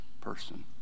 person